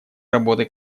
работы